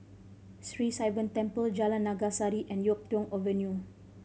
Sri Sivan Temple Jalan Naga Sari and Yuk Tong Avenue